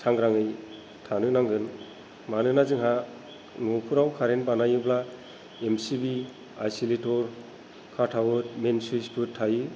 सांग्रांयै थानो नांगोन मानोना जोंहा न'फोराव खारेन बानायोब्ला M C B isolator cut out main सुइचफोर थायो